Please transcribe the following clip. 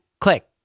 click